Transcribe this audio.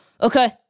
Okay